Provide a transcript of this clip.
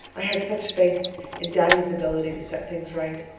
i had such faith in daddy's ability to set things right.